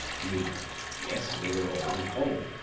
meno yes, they were all his own.